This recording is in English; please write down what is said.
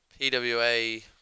PWA